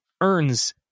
earns